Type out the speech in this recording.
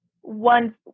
one